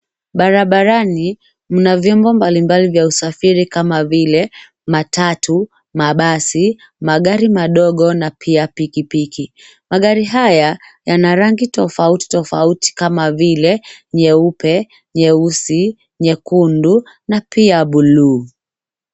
Barabarani, mna vyombo mbali mbali vya usafiri kama vile: matatu, mabasi, magari madogo na pia pikipiki. Magari haya yana rangi tofauti tofauti kama vile: nyeupe, nyeusi, nyekundu na pia buluu.